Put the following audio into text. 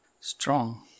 strong